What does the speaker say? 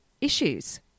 issues